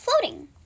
floating